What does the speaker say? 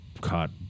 caught